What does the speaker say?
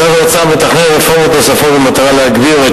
משרד האוצר מתכנן רפורמות נוספות במטרה להגביר את